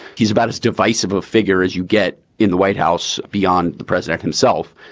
he's about as divisive a figure as you get in the white house beyond the president himself.